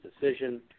decision –